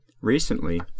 Recently